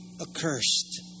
accursed